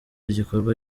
igikorwa